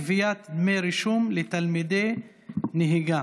בנושא גביית דמי רישום מתלמידי נהיגה.